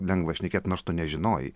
lengva šnekėt nors tu nežinojai